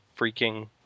freaking